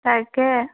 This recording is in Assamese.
তাকে